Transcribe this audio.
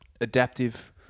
adaptive